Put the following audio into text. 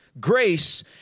grace